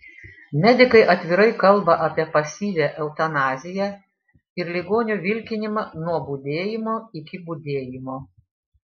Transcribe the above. medikai atvirai kalba apie pasyvią eutanaziją ir ligonių vilkinimą nuo budėjimo iki budėjimo